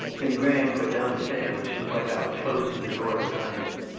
then graham put down the sandwich and went out, closing the door behind him.